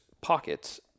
pockets